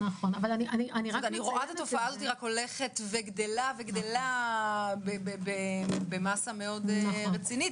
רואה את התופעה רק הולכת וגדלה במאסה רצינית מאוד.